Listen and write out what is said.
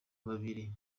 babiri